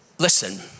Listen